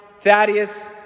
Thaddeus